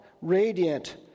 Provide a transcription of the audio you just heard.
radiant